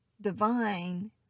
Divine